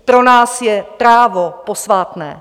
Pro nás je právo posvátné.